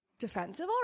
defensive